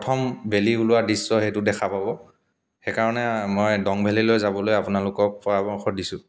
প্ৰথম বেলি ওলোৱা দৃশ্য সেইটো দেখা পাব সেইকাৰণে মই ডং ভেলীলৈ যাবলৈ আপোনালোকক পৰামৰ্শ দিছোঁ